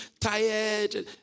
tired